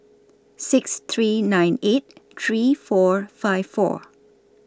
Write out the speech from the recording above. six three nine eight three four five four